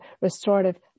restorative